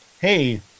Hey